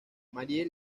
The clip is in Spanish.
marie